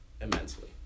immensely